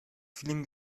film